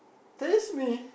taste me